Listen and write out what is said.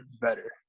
better